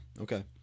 Okay